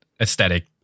aesthetic